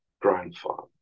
grandfather